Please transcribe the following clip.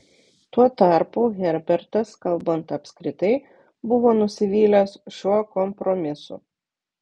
tuo tarpu herbertas kalbant apskritai buvo nusivylęs šiuo kompromisu